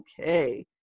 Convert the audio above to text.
Okay